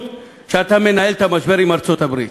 שבה אתה מנהל את המשבר עם ארצות-הברית.